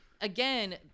again